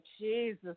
Jesus